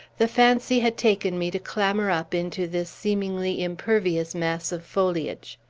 the fancy had taken me to clamber up into this seemingly impervious mass of foliage.